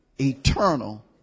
eternal